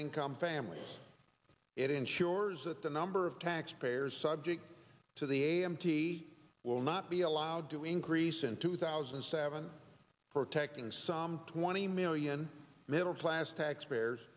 income families it ensures that the number of taxpayers subject to the a m t will not be allowed to increase in two thousand and seven protecting some twenty million middle class taxpayers